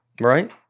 Right